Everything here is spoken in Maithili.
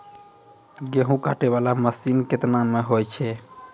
गेहूँ काटै वाला मसीन केतना मे होय छै?